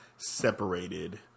separated